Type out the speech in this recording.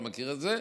אני לא מכיר את זה.